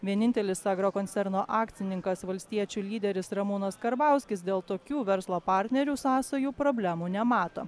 vienintelis agrokoncerno akcininkas valstiečių lyderis ramūnas karbauskis dėl tokių verslo partnerių sąsajų problemų nemato